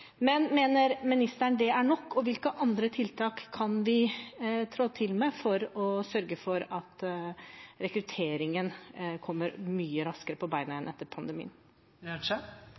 Mener ministeren det er nok, og hvilke andre tiltak kan vi trå til med for å sørge for at rekrutteringen kommer mye raskere på bena igjen etter pandemien?